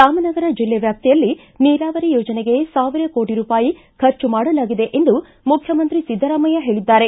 ರಾಮನಗರ ಜಿಲ್ಲೆ ವ್ಯಾಪ್ತಿಯಲ್ಲಿ ನೀರಾವರಿ ಯೋಜನೆಗೆ ಸಾವಿರ ಕೋಟಿ ರೂಪಾಯಿ ಖರ್ಚು ಮಾಡಲಾಗಿದೆ ಎಂದು ಮುಖ್ಯಮಂತ್ರಿ ಸಿದ್ದರಾಮಯ್ಯ ಹೇಳಿದ್ದಾರೆ